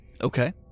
Okay